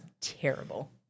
terrible